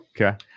Okay